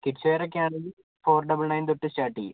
kids വെയറൊക്കെ ആണെങ്കിൽ four double nine തൊട്ട് സ്റ്റാർട്ട് ചെയ്യും